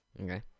Okay